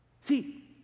see